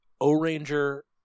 O-Ranger